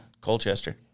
Colchester